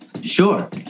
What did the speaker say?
Sure